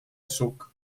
suc